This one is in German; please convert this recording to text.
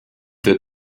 der